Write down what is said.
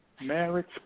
marriage